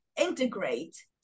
integrate